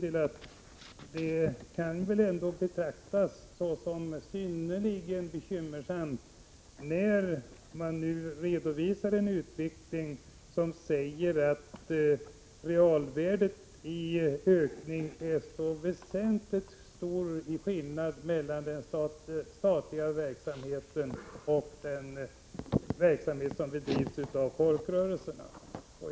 Det kan väl ändå betraktas som synnerligen bekymmersamt, när det nu redovisas att realvärdet av den ökning som skett är väsentligt större inom den statliga lotteriverksamheten än i den verksamhet som bedrivs av folkrörelserna.